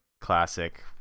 Classic